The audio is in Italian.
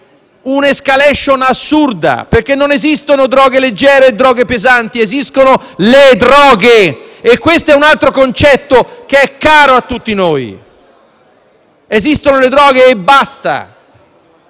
un'*escalation* assurda, perché non esistono droghe leggere e droghe pesanti; esistono le droghe e questo è un altro concetto caro a tutti noi. Esistono le droghe e basta.